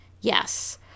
Yes